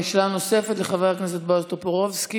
שאלה נוספת, לחבר הכנסת בועז טופורובסקי.